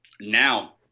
Now